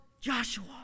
Joshua